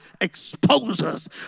exposes